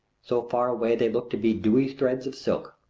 so far away they look to be dewy threads of silk.